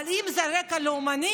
אבל אם זה רקע לאומני,